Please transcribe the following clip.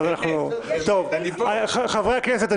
חברי הכנסת,